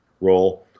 role